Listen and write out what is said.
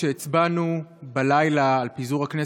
כשהצבענו בלילה על פיזור הכנסת,